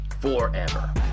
Forever